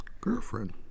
girlfriend